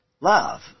love